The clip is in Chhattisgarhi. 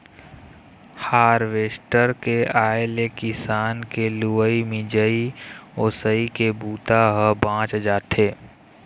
हारवेस्टर के आए ले किसान के लुवई, मिंजई, ओसई के बूता ह बाँच जाथे